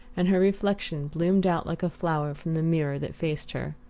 and her reflection bloomed out like a flower from the mirror that faced her.